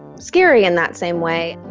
scary in that same way